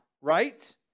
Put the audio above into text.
right